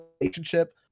relationship